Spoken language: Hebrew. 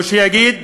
או שיגיד: